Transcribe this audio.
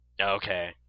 Okay